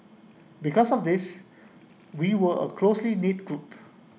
because of this we were A closely knit group